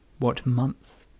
what month.